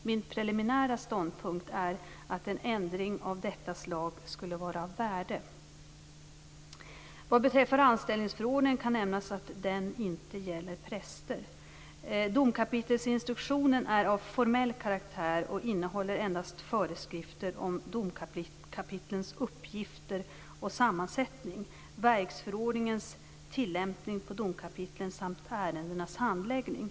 Min preliminära ståndpunkt är att en ändring av detta slag skulle vara av värde. Vad beträffar anställningsförordningen kan nämnas att den inte gäller präster. Domkapitelsinstruktionen är av formell karaktär och innehåller endast föreskrifter om domkapitlens uppgifter och sammansättning, verksförordningens tillämpning på domkapitlen samt ärendenas handläggning.